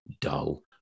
dull